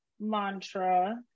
mantra